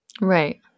Right